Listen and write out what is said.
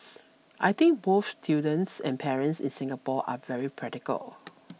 I think both students and parents in Singapore are very practical